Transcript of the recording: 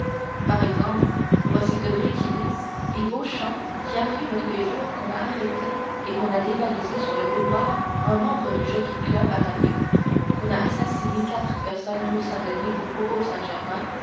par exemple voici debray qui lit et beauchamp qui imprime tous les jours qu'on a arrêté et qu'on a dévalisé sur le boulevard un membre du jockey-club attardé qu'on a assassiné quatre personnes rue saint-denis ou faubourg saint-germain